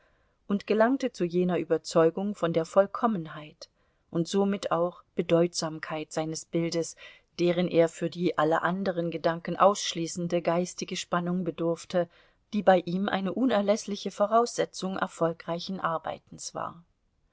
und gelangte zu jener überzeugung von der vollkommenheit und somit auch bedeutsamkeit seines bildes deren er für die alle anderen gedanken ausschließende geistige spannung bedurfte die bei ihm eine unerläßliche voraussetzung erfolgreichen arbeitens war